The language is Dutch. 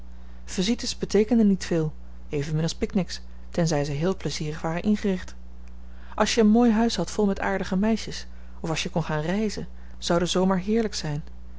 visites beteekenden niet veel evenmin als picnics tenzij ze heel plezierig waren ingericht als je een mooi huis had vol met aardige meisjes of als je kon gaan reizen zou de zomer heerlijk zijn